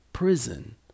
prison